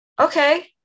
Okay